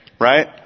right